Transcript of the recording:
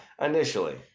Initially